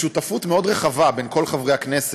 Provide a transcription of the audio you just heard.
בשותפות מאוד רחבה בין כל חברי הכנסת,